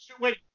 Wait